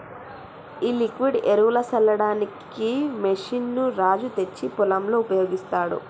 ఈ లిక్విడ్ ఎరువులు సల్లడానికి మెషిన్ ని రాజు తెచ్చి పొలంలో ఉపయోగిస్తాండు